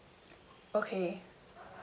okay